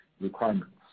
requirements